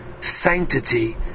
sanctity